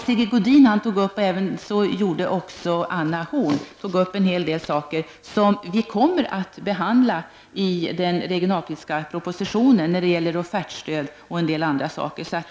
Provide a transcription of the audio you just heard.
Sigge Godin och Anna Horn af Rantzien tog även upp en hel del frågor som kommer att tas upp i den regionalpolitiska propositionen, t.ex. offertstöd och en del andra saker.